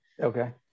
Okay